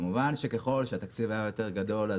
כמובן שככל שהתקציב היה יותר גדול,